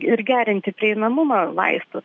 ir gerinti prieinamumą vaistų